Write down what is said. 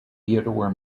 theodore